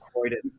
Croydon